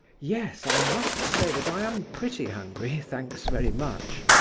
yes i must say that i am pretty hungry, thanks very much.